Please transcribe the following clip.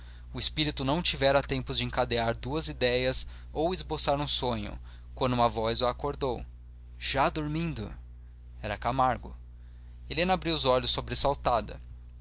o espírito não tivera tempo de encadear duas idéias ou esboçar um sonho quando uma voz a acordou já dormindo era camargo helena abriu os olhos